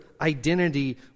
identity